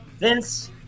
Vince